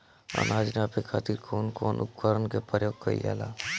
अनाज नापे खातीर कउन कउन उपकरण के प्रयोग कइल जाला?